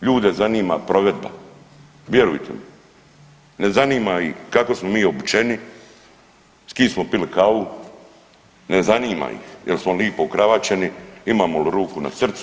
Ljude zanima provedba vjerujte mi, ne zanima ih kako smo mi obučeni, s kim smo pili kavu, ne zanima ih jel' smo lipo ukravaćeni, imamo li ruku na srcu.